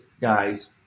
guys